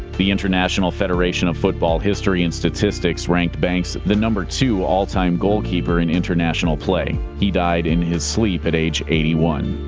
the international federation of football history and statistics ranked banks the two all-time goalkeeper in international play. he died in his sleep at age eighty one.